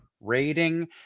Rating